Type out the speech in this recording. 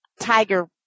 tiger